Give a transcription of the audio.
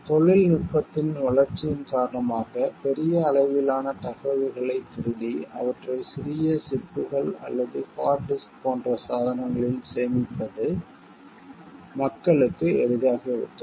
தொழில்நுட்பத்தின் வளர்ச்சியின் காரணமாக பெரிய அளவிலான தகவல்களைத் திருடி அவற்றை சிறிய சிப்புகள் அல்லது ஹார்ட் டிஸ்க் போன்ற சாதனங்களில் சேமிப்பது மக்களுக்கு எளிதாகிவிட்டது